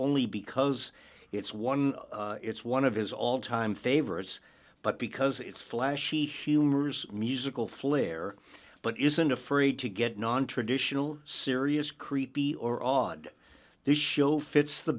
only because it's one it's one of his all time favorites but because it's flashy humors musical flair but isn't afraid to get nontraditional serious creepy or odd this show fits the